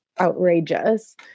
outrageous